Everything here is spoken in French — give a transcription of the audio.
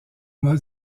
mode